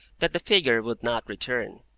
that the figure would not return.